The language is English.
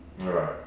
Right